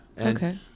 Okay